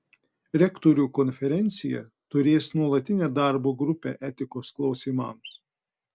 rektorių konferencija turės nuolatinę darbo grupę etikos klausimams